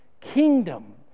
kingdom